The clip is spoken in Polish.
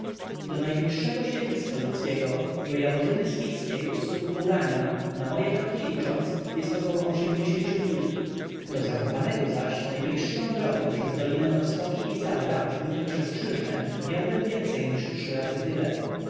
do najbliższego siedliska ludzkiego do jaworzyny spiskiej u stóp murania na moje kroki licząc jest oko ło mil do zakopanego zaś najbliższą drogą przez dolinę roztoki i zawrat lub przez krzyżne miałbym więcej niż trzy razy tyle